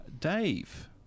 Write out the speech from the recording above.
Dave